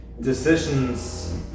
decisions